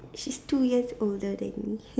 she's two years older than me